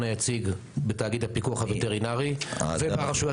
היציג בתאגיד הפיקוח הווטרינרי וברשויות